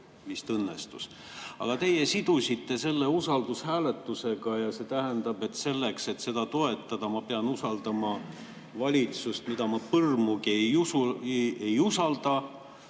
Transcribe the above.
Ent teie sidusite selle usaldushääletusega ja see tähendab, et selleks, et seda toetada, ma pean usaldama valitsust, mida ma põrmugi ei usalda.